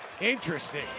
interesting